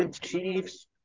Chiefs